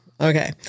okay